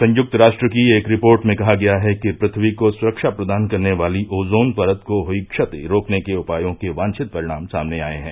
संयुक्त राष्ट्र की एक रिपोर्ट में कहा गया है कि पृथ्वी को सुरक्षा प्रदान करने वाली ओजोन परत को हई क्षति रोकने के उपायों के वांछित परिणाम सामने आए हैं